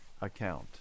account